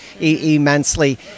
immensely